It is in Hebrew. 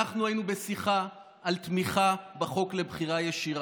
אנחנו היינו בשיחה על תמיכה בחוק לבחירה ישירה.